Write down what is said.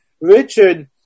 Richard